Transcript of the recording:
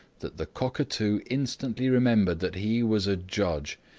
that the cockatoo instantly remembered that he was a judge,